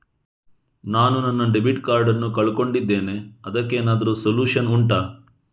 ನಾನು ನನ್ನ debit card ನ್ನು ಕಳ್ಕೊಂಡಿದ್ದೇನೆ ಅದಕ್ಕೇನಾದ್ರೂ ಸೊಲ್ಯೂಷನ್ ಉಂಟಾ